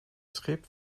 schip